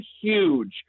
huge